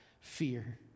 fear